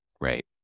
Right